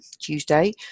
Tuesday